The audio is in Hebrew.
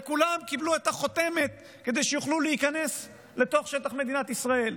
וכולם קיבלו את החותמת כדי שיוכלו להיכנס לתוך שטח מדינת ישראל.